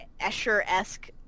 Escher-esque